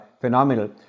phenomenal